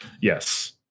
Yes